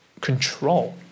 control